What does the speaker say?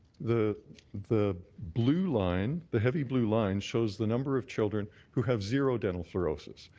the the blue line the heavy blue line shows the number of children who have zero dental fluorosis.